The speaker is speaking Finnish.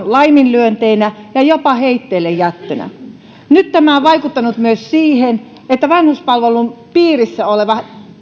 laiminlyönteinä ja jopa vanhusten heitteillejättönä nyt tämä on vaikuttanut myös siihen että vanhuspalvelun piirissä olevat